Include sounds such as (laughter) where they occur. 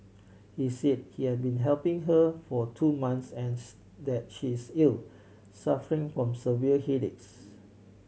he said he had been helping her for two months and (unintelligible) that she is ill suffering from severe headaches